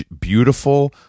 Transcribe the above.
beautiful